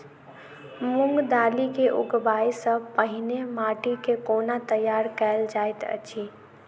मूंग दालि केँ उगबाई सँ पहिने माटि केँ कोना तैयार कैल जाइत अछि?